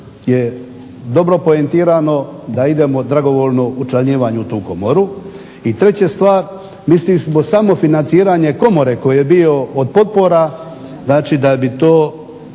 je dobro poentirano da idemo dragovoljno učlanjivanje u tu Komoru. I treća stvar mislili smo samo financiranje Komore koji je bio od potpora, znači da bi to,